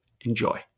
Enjoy